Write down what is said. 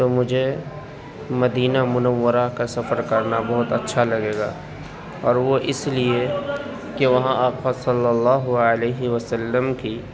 تو مجھے مدینہ منورہ کا سفر کرنا بہت اچھا لگے گا اور وہ اس لیے کہ وہاں آقا صلی اللہ علیہ وسلم کی